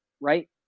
Right